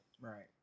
Right